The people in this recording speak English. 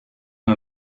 him